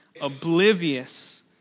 oblivious